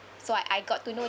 so I I got to know